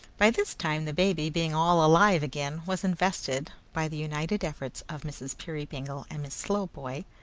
by this time, the baby, being all alive again, was invested, by the united efforts of mrs. peerybingle and miss slowboy,